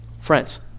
Friends